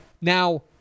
now